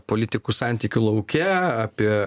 politikų santykių lauke apie